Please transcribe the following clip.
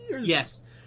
Yes